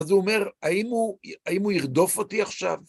אז הוא אומר, האם הוא האם הוא ירדוף אותי עכשיו?